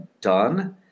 done